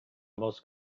most